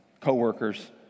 co-workers